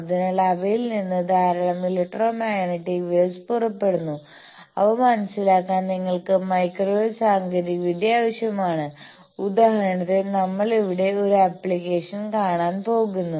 അതിനാൽ അവയിൽ നിന്ന് ധാരാളം ഇലക്ട്രോമാഗ്നെറ്റിക് വേവ്സ് പുറപ്പെടുന്നു അവ മനസിലാക്കാൻ നിങ്ങൾക്ക് മൈക്രോവേവ് സാങ്കേതികവിദ്യ ആവശ്യമാണ് ഉദാഹരണത്തിന് നമ്മൾ ഇവിടെ ഒരു ആപ്ലിക്കേഷൻ കാണൻ പോകുന്നു